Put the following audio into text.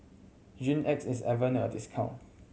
Hygin X is having a discount